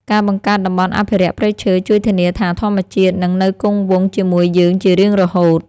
ការបង្កើតតំបន់អភិរក្សព្រៃឈើជួយធានាថាធម្មជាតិនឹងនៅគង់វង្សជាមួយយើងជារៀងរហូត។